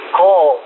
call